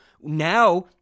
now